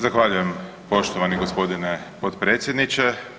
Zahvaljujem poštovani g. potpredsjedniče.